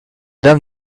dame